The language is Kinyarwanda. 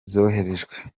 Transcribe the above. zoherejwe